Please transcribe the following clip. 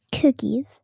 Cookies